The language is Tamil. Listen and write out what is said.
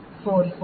44